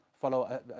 follow